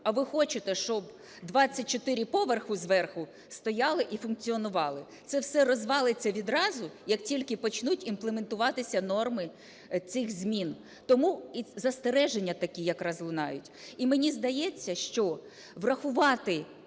А ви хочете, щоб 24 поверхи зверху стояли і функціонували. Це все розвалиться відразу, як тільки почнуть імплементуватися норму цих змін. Тому і застереження такі якраз лунають. І мені здається, що врахувати